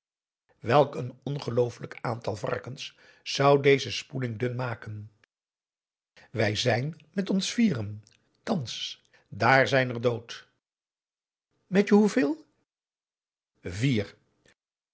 welk een ongelooflijk aantal varkens zou deze spoeling dun maken wij zijn met ons vieren thans daar zijn er dood met je hoeveel vier